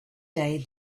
day